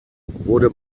wurde